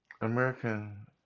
American